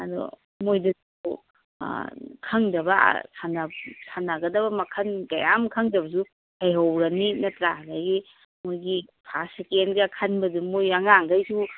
ꯑꯗꯣ ꯃꯣꯏꯗꯁꯨ ꯈꯪꯗꯕ ꯁꯥꯟꯅꯕ ꯁꯥꯟꯅꯒꯗꯕ ꯃꯈꯜ ꯀꯌꯥ ꯑꯃ ꯈꯪꯗꯕꯁꯨ ꯂꯩꯍꯧꯔꯅꯤ ꯅꯠꯇ꯭ꯔꯥ ꯑꯗꯒꯤ ꯃꯣꯏꯒꯤ ꯐꯥꯔꯁ ꯁꯦꯀꯦꯟꯒ ꯈꯟꯕꯗꯣ ꯃꯣꯏ ꯑꯉꯥꯡꯒꯩꯁꯨ